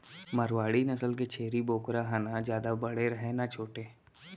मारवाड़ी नसल के छेरी बोकरा ह न जादा बड़े रहय न छोटे